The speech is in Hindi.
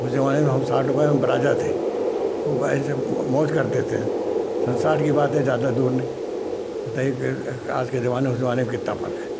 उस जमाने में हम साठ रुपया हम राजा थे वो वही से मौज करते थे सन साठ की बात है ज़्यादा दूर नहीं बताइए कि आज के जमाने उस जमाने में कितना फर्क है